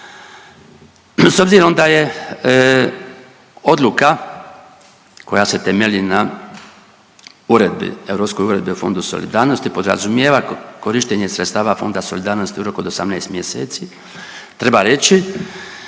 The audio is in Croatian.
S obzirom da je odluka koja se temelji na uredbi, Europskoj uredbi o Fondu solidarnosti podrazumijeva korištenje sredstava Fonda solidarnosti u roku od 18 mjeseci, treba reći